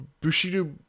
Bushido